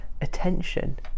attention